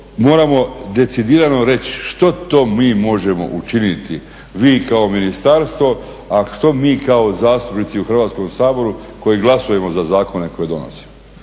moramo decidirano reći, što to mi možemo učiniti, vi kao ministarstvo, a što mi kao zastupnici u Hrvatskom saboru koji glasujemo za zakone koje donosimo?